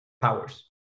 powers